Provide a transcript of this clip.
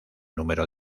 número